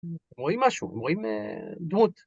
רואים משהו, רואים דמות.